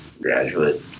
graduate